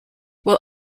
while